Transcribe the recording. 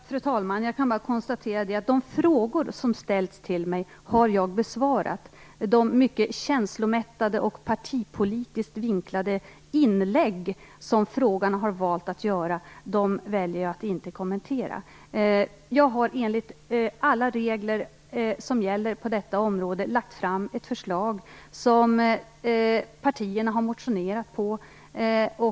Fru talman! Jag kan bara konstatera att jag har besvarat de frågor som ställts till mig. De mycket känslomättade och partipolitiskt vinklade inlägg som frågarna har valt att göra väljer jag att inte kommentera. Jag har enligt alla regler som gäller på detta område lagt fram ett förslag som partierna har motionerat på.